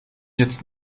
jetzt